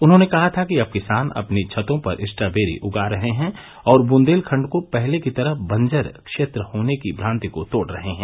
उन्होंने कहा था कि अब किसान अपनी छतों पर स्ट्रावेरी उगा रहे हैं और बुन्देलखंड को पहले की तरह बंजर क्षेत्र होने की भ्राति को तोड रहे हैं